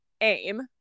aim